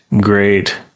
great